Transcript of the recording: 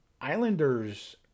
Islanders